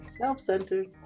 Self-centered